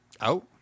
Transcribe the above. Out